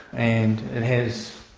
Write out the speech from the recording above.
and it has,